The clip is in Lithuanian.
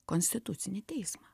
konstitucinį teismą